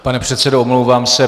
Pane předsedo, omlouvám se.